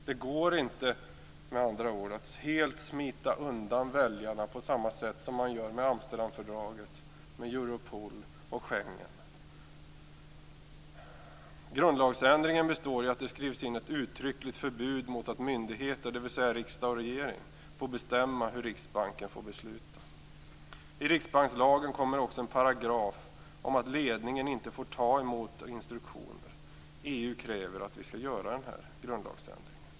Med andra ord går det inte att helt smita undan väljarna på samma sätt som man gör när det gäller Amsterdamfördraget, Europol och Grundlagsändringen består i att det skrivs in ett uttryckligt förbud mot att myndigheter, dvs. riksdag och regering, får bestämma hur Riksbanken får besluta. I riksbankslagen kommer också en paragraf om att ledningen inte får ta emot instruktioner. EU kräver att vi gör den här grundlagsändringen.